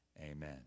amen